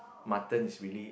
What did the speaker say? mutton is really